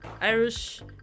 Irish